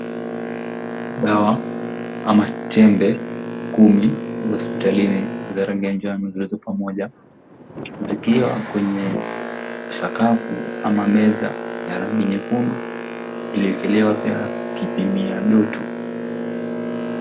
Dawa ama tembe Kumi za hospitalini za rangi ya njano zimewekwa pamoja zikiwa kwenye sakafu ama meza ya rangi nyekundu iliyowekelea pia kipimia ya joto.